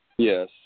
Yes